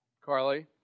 Carly